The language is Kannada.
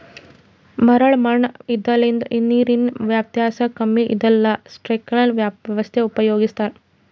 ಮರಳ್ ಮಣ್ಣ್ ಇದ್ದಲ್ಲಿ ಮತ್ ನೀರಿನ್ ವ್ಯವಸ್ತಾ ಕಮ್ಮಿ ಇದ್ದಲ್ಲಿ ಸ್ಪ್ರಿಂಕ್ಲರ್ ವ್ಯವಸ್ಥೆ ಉಪಯೋಗಿಸ್ತಾರಾ